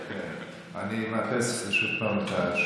אני אקלל אותך?